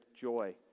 joy